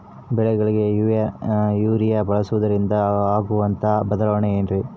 ಬೆಳೆಗಳಿಗೆ ಯೂರಿಯಾ ಬಳಸುವುದರಿಂದ ಆಗುವಂತಹ ಬದಲಾವಣೆ ಏನ್ರಿ?